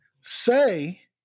Say